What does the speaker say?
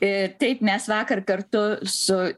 ir taip mes vakar kartu su